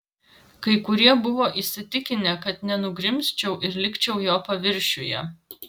kai kurie buvo įsitikinę kad nenugrimzčiau ir likčiau jo paviršiuje